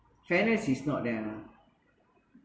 fairness is not there lah